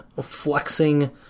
flexing